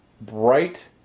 bright